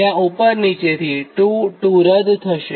જ્યાં ઊપર નીચેથી 2 2 રદ થશે